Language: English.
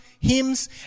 hymns